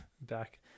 back